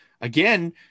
again